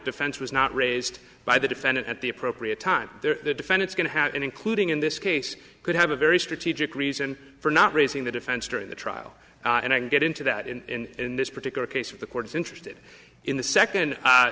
defense was not raised by the defendant at the appropriate time there the defendant's going to have including in this case could have a very strategic reason for not raising the defense during the trial and i get into that in this particular case with the court's interested in the second